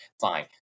fine